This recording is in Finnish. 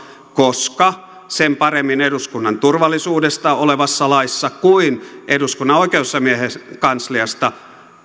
koska sen paremmin eduskunnan turvallisuudesta olevassa laissa kuin eduskunnan oikeusasiamiehen kansliasta